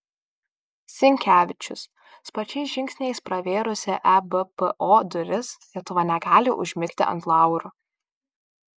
sinkevičius sparčiais žingsniais pravėrusi ebpo duris lietuva negali užmigti ant laurų